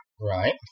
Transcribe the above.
right